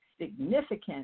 significant